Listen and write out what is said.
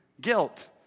guilt